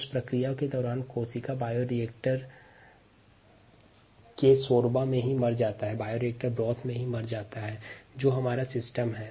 इस प्रक्रिया के दौरान कोशिका बायोरिएक्टर ब्रोथ में ही मर जाता है जो हमारा तंत्र है